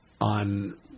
on